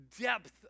Depth